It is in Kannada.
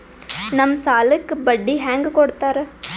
ನಮ್ ಸಾಲಕ್ ಬಡ್ಡಿ ಹ್ಯಾಂಗ ಕೊಡ್ತಾರ?